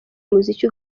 umuziki